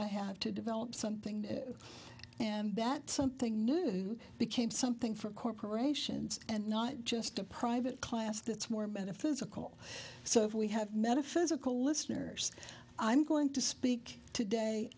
i have to develop something and that something new became something for corporations and not just a private class that's more metaphysical so if we have metaphysical listeners i'm going to speak today